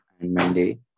Monday